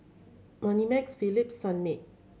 Moneymax Philips Sunmaid